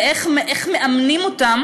ואיך מאמנים אותם